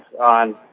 on